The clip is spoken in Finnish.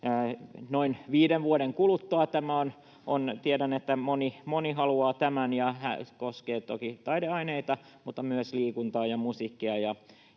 Tiedän, että moni haluaa tämän, ja se koskee toki taideaineita mutta myös liikuntaa ja musiikkia,